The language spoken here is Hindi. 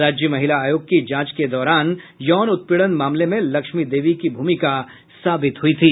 राज्य महिला आयोग की जांच के दौरान यौन उत्पीड़न मामले में लक्ष्मी देवी की भूमिका साबित हुई थी